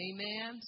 Amen